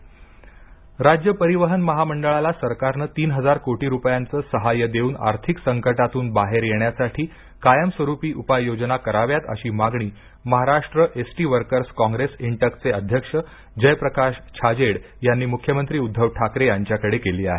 ST कामगार मागणी राज्य परिवहन महामंडळाला सरकारने तीन हजार कोटी रुपयांचे सहाय्य देऊन आर्थिक संकटातून बाहेर येण्यासाठी कायमस्वरूपी उपाय योजना कराव्यात अशी मागणी महाराष्ट्र एसटी वर्कर्स काँग्रेस इंटकचे अध्यक्ष जयप्रकाश छाजेड यांनी मुख्यमंत्री उद्दव ठाकरे यांच्याकडे केली आहे